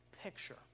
picture